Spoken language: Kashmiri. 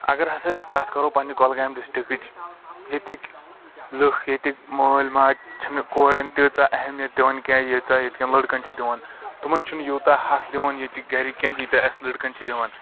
اگر ہسا أسۍ کتھ کرو پننہِ کۄلگامہِ ڈِسٹِکٕچ ییٚتِکۍ لُکھ ییٚتِکۍ مألۍ ماجہِ چھنہٕ کورٮ۪ن تیٖژاہ اہمیت دِوان کیٚنٛہہ ییٖژاہ ییٚتۍکٮ۪ن لٔڑکن دِوان تِمن چھنہٕ یوٗتاہ حق دِوان ییٚتِکۍ گرِکۍ کیٚنٛہہ ییٖتیا اَسہِ لٔڑکن چھ دِوان